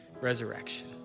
resurrection